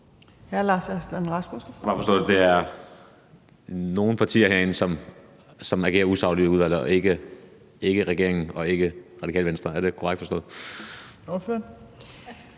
Lars Aslan Rasmussen (S): Nu har jeg forstået, at der er nogle partier herinde, som agerer usagligt i udvalget, og ikke regeringen og ikke Radikale Venstre? Er det korrekt forstået? Kl.